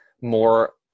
more